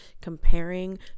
comparing